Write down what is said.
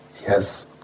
Yes